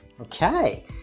Okay